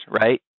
right